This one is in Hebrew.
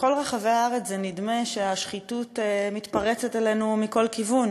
בכל רחבי הארץ נדמה שהשחיתות מתפרצת אלינו מכל כיוון,